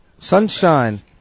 Sunshine